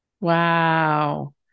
Wow